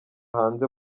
hanze